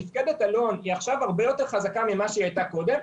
מפקדת אלון היא עכשיו הרבה יותר חזקה ממה שהיא הייתה קודם,